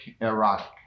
erotic